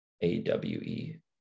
A-W-E